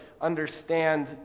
understand